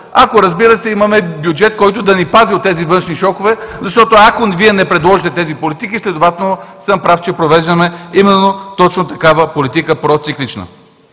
ако, разбира се, имаме бюджет, който да ни пази от тези външни шокове? Защото, ако Вие не предложите тези политики, следователно съм прав, че провеждаме именно точно такава политика – проциклична.